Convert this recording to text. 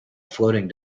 floating